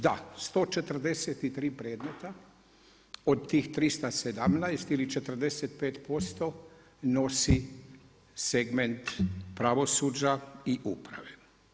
Da, 143 predmeta od tih 317 ili 45% nosi segment pravosuđa i uprave.